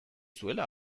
zuela